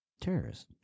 terrorist